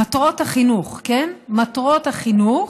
מטרות החינוך, כן, מטרות החינוך,